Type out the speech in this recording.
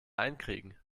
einkriegen